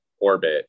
orbit